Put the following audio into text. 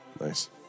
Nice